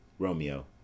Romeo